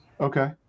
Okay